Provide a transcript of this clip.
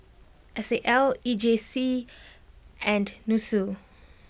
S A L E J C and Nussu